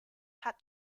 had